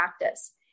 practice